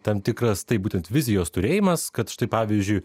tam tikras tai būtent vizijos turėjimas kad štai pavyzdžiui